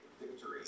victory